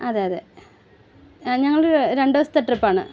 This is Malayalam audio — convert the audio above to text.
അതെയതെ ഞങ്ങൾ രണ്ടുദിവസത്തെ ട്രിപ്പ് ആണ്